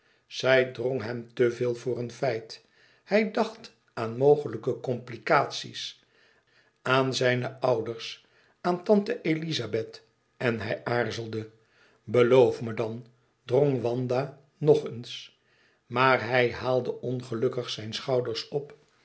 zij drong hem te veel voor een feit hij dacht aan mogelijke complicaties aan zijne ouders aan tante elizabeth en hij aarzelde beloof me dan drong wanda nog eens maar hij haalde ongelukkig zijn schouders op